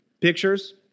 pictures